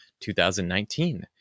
2019